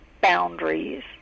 boundaries